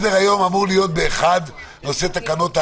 ב-13:00 אמור להיות נושא תקנות העבודה,